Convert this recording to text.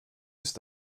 ist